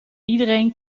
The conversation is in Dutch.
iedereen